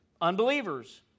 unbelievers